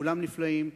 כולם נפלאים,